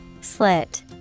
Slit